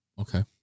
Okay